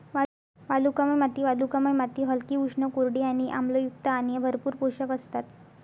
वालुकामय माती वालुकामय माती हलकी, उष्ण, कोरडी आणि आम्लयुक्त आणि भरपूर पोषक असतात